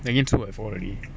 he looks about four already